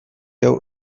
hau